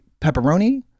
pepperoni